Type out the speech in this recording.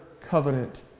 covenant